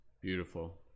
beautiful